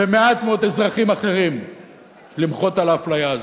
ומעט מאוד אזרחים אחרים למחות על ההפליה הזאת.